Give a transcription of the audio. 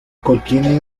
contiene